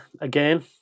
again